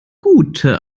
gute